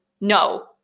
no